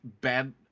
Bad